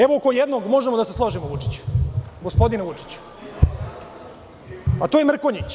Evo, oko jednog možemo da se složimo, gospodine Vučiću, a to je Mrkonjić.